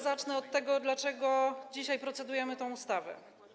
Zacznę od tego, dlaczego dzisiaj procedujemy nad tą ustawą.